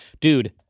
Dude